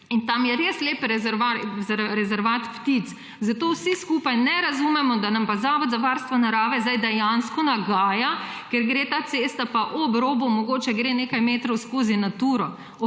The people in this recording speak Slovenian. in tam je res lep rezervat ptic. Zato vsi skupaj ne razumemo, da nam pa Zavod za varstvo narave zdaj dejansko nagaja, ker gre ta cesta pa ob robu, mogoče gre nekaj metrov skozi Naturo,